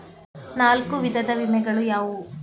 ನಾಲ್ಕು ವಿಧದ ವಿಮೆಗಳು ಯಾವುವು?